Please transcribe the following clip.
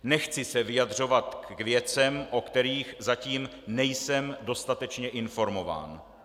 Nechci se vyjadřovat k věcem, o kterých zatím nejsem dostatečně informován.